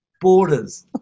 borders